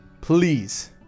Please